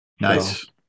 Nice